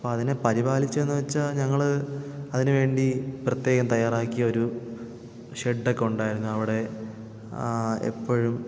അപ്പം അതിനെ പരിപാലിച്ചതെന്ന് വച്ചാൽ ഞങ്ങൾ അതിന് വേണ്ടി പ്രത്യേകം തയ്യാറാക്കിയ ഒരു ഷെഡൊക്കൊ ഉണ്ടായിരുന്നു അവിടെ എപ്പോഴും